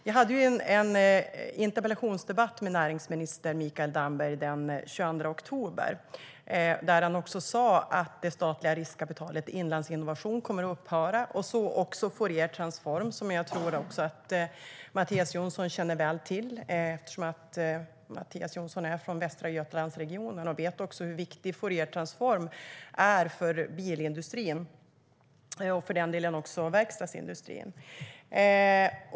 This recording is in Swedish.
Jag hade en interpellationsdebatt med näringsminister Mikael Damberg den 22 oktober, där han sa att det statliga riskkapitalbolaget Inlandsinnovation kommer att upphöra, liksom Fouriertransform, som jag tror att Mattias Jonsson känner väl till eftersom han är från Västra Götalandsregionen. Då vet han hur viktigt Fouriertransform är för bilindustrin och för den delen också för verkstadsindustrin.